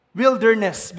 wilderness